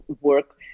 work